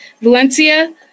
Valencia